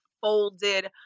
folded